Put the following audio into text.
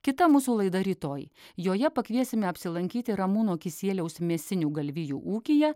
kita mūsų laida rytoj joje pakviesime apsilankyti ramūno kisieliaus mėsinių galvijų ūkyje